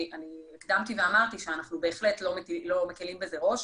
הקדמתי ואמרתי שאנחנו בהחלט לא מקלים בזה ראש.